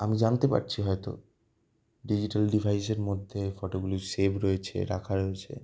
আমি জানতে পারছি হয়তো ডিজিটাল ডিভাইসের মধ্যে ফটোগুলি সেভ রয়েছে রাখা রয়েছে